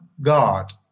God